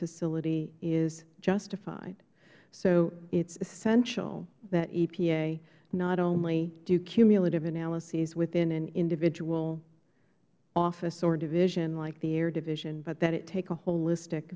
facility is justified so it is essential that epa not only do cumulative analyses within an individual office or division like the air division but that it take a holistic